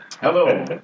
Hello